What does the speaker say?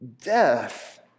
Death